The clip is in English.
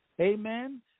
Amen